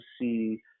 see